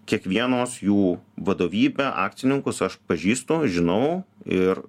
kiekvienos jų vadovybę akcininkus aš pažįstu žinau ir